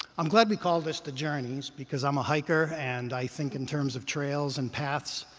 i'm glad we call this the journeys, because i'm a hiker. and i think in terms of trails and paths.